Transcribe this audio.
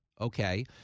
okay